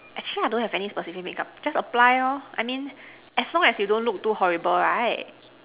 actually I don't have any specific makeup just apply I mean as long as you don't look too horrible right